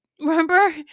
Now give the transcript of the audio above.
remember